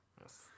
Yes